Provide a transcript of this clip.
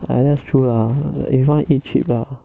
ya that's true lah if want eat cheap lah